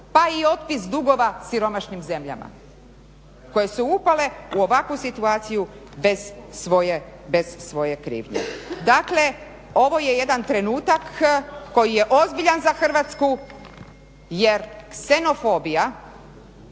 pa i otpis dugova siromašnim zemljama koje su upale u ovakvu situaciju bez svoje krivnje. Dakle, ovo je jedan trenutak koji je ozbiljan za Hrvatsku jer ksenofobija,